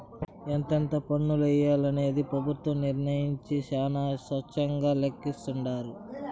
ఎంతెంత పన్నులెయ్యాలనేది పెబుత్వాలు నిర్మయించే శానా స్వేచ్చగా లెక్కలేస్తాండారు